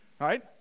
right